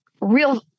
real